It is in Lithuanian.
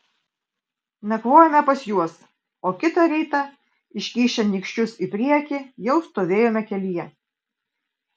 nakvojome pas juos o kitą rytą iškišę nykščius į priekį jau stovėjome kelyje